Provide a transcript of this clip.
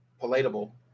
palatable